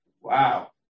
wow